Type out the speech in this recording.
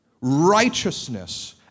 righteousness